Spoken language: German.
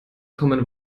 common